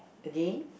again